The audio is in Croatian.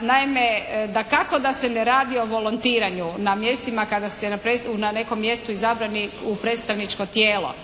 Naime, dakako da se ne radi o volontiranju na mjestima kada ste na nekom mjestu izabrani u predstavničko tijelo.